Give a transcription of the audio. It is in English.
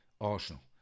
Arsenal